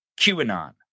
QAnon